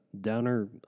downer